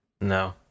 No